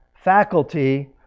faculty